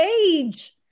age